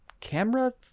camera